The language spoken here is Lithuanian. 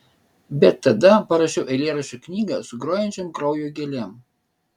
bet tada parašiau eilėraščių knygą su grojančiom kraujo gėlėm